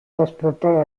trasportare